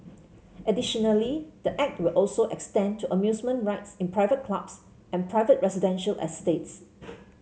additionally the Act will also extend to amusement rides in private clubs and private residential estates